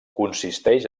consisteix